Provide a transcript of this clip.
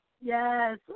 Yes